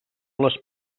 les